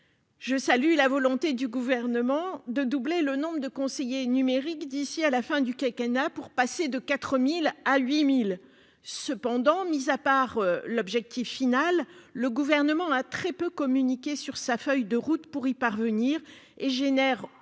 Je salue la volonté du Gouvernement de doubler le nombre de conseillers numériques d'ici à la fin du quinquennat, pour le passer de 4 000 à 8 000. Cependant, mis à part l'objectif final, le Gouvernement a très peu communiqué sur sa feuille de route pour y parvenir, ce